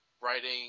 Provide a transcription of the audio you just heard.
writing